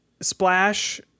Splash